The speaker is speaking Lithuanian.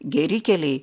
geri keliai